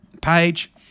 page